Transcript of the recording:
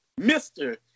Mr